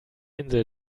insel